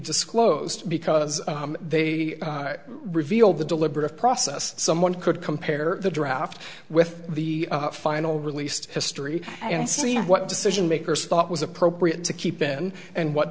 disclosed because they revealed the deliberative process someone could compare the draft with the final released history and see what decision makers thought was appropriate to keep in and what